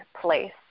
place